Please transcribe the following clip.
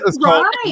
Right